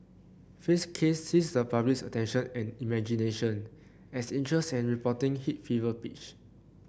fay's case seized the public's attention and imagination as interest and reporting hit fever pitch